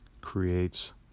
creates